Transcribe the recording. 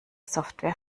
software